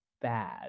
bad